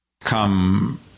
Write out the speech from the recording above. come